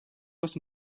was